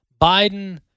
Biden